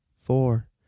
four